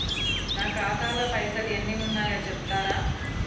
నా ఖాతా లా పైసల్ ఎన్ని ఉన్నాయో చెప్తరా?